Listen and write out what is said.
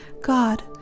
God